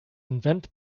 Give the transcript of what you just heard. invent